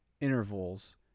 intervals